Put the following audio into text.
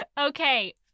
Okay